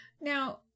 Now